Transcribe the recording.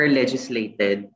legislated